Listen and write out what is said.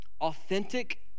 authentic